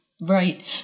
Right